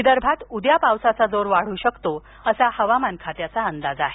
विदर्भात उद्या पावसाचा जोर वाढू शकतो असा हवामान खात्याचा अंदाज आहे